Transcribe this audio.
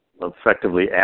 effectively